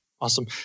Awesome